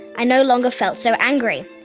i no longer felt so angry.